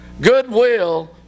goodwill